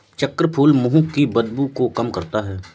चक्रफूल मुंह की बदबू को कम करता है